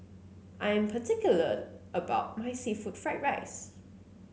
I am particular about my seafood Fried Rice